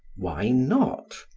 why not?